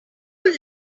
let